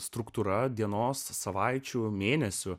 struktūra dienos savaičių mėnesių